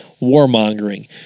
warmongering